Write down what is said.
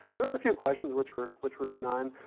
there was a few questions, which were which were benign,